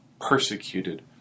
persecuted